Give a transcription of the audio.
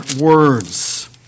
words